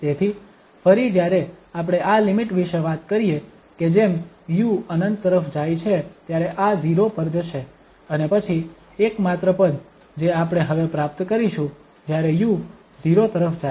તેથી ફરી જ્યારે આપણે આ લિમિટ વિશે વાત કરીએ કે જેમ u ∞ તરફ જાય છે ત્યારે આ 0 પર જશે અને પછી એકમાત્ર પદ જે આપણે હવે પ્રાપ્ત કરીશું જ્યારે u 0 તરફ જાય છે